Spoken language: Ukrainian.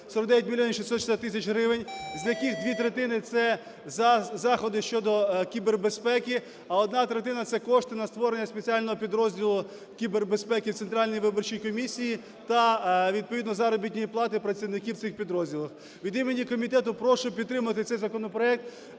49 мільйонів 660 тисяч гривень, з яких дві третини – це заходи щодо кібербезпеки, а одна третина – це кошти на створення спеціального підрозділу кібербезпеки Центральної виборчої комісії та відповідно заробітної плати працівників в цих підрозділах. Від імені комітету прошу підтримати цей законопроект,